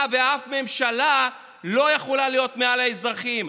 ואף ממשלה לא יכולה להיות מעל האזרחים,